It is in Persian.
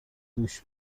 دوش